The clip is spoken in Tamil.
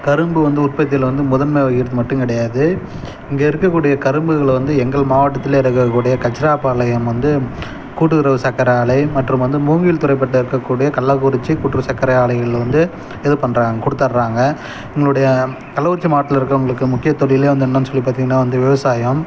கரும்பு வந்து உற்பத்தியில் வந்து முதன்மை வகிக்கிறது மட்டும் கிடையாது இங்கே இருக்கக்கூடிய கரும்புகளில் வந்து எங்கள் மாவட்டத்தில் இருக்கக்கூடிய கச்சிராபாளையம் வந்து கூட்டுறவு சக்கரை ஆலை மற்றும் வந்து மூங்கில்துறைப்பட்டு இருக்கக்கூடிய கள்ளக்குறிச்சி கூட்டுறவு சக்கரை ஆலைகளில் வந்து இது பண்ணுறாங்க கொடுத்தட்றாங்க இவுங்களுடைய கள்ளக்குறிச்சி மாவட்டத்தில் இருக்கவங்களுக்கு முக்கிய தொழில் வந்து என்னன்னு சொல்லி பார்த்தீங்கன்னா வந்து விவசாயம்